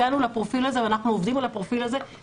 הגענו לפרופיל הזה ואנחנו עובדים עליו כדי